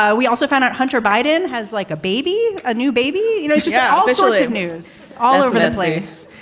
ah we also found out hunter biden has like a baby a new baby. you know, yeah all this live news all over the place.